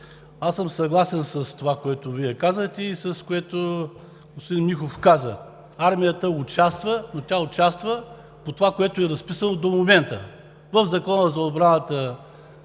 аз съм съгласен с това, което Вие казахте и което каза господин Михов. Армията участва, но тя участва по това, което е разписано до момента в Закона за отбраната